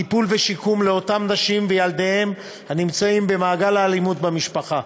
טיפול ושיקום לאותן נשים וילדיהן הנמצאים במעגל האלימות במשפחה.